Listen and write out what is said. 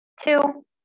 Two